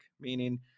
Meaning